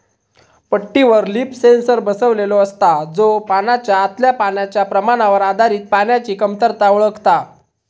पट्टीवर leaf sensor बसवलेलो असता, जो पानाच्या आतल्या पाण्याच्या प्रमाणावर आधारित पाण्याची कमतरता ओळखता